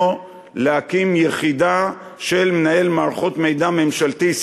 להקים יחידה של מנהל מערכות מידע ממשלתי,